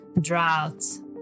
droughts